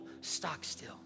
Stockstill